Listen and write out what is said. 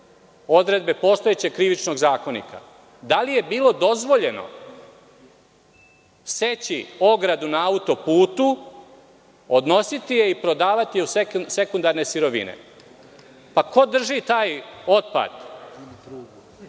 odredbe postojećeg Krivičnog zakonika? Da li je bilo dozvoljeno seći ogradu na autoputu, odnositi je i prodavati je u sekundarne sirovine? Pa, ko drži taj otpad?